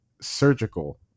surgical